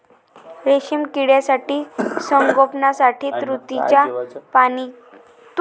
रेशीम किड्यांच्या संगोपनासाठी तुतीच्या पानांची गरज असते